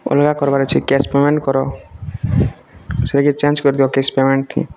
ଅଲଗା କରବାର ଅଛି କ୍ୟାସ୍ ପେମେଣ୍ଟ କର ସେ କି ଚେଞ୍ଜ କରିଦିଏ କ୍ୟାସ୍ ପେମେଣ୍ଟ ଠି